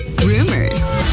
rumors